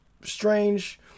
strange